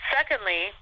Secondly